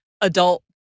adult